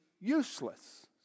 useless